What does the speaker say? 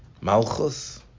Malchus